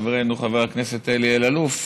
חברנו חבר הכנסת אלי אלאלוף,